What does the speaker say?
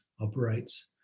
operates